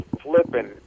flipping